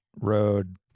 Road